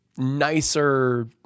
nicer